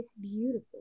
beautiful